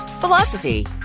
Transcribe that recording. philosophy